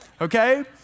Okay